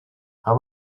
how